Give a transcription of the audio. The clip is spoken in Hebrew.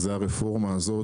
זו הרפורמה הזאת,